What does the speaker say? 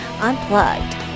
Unplugged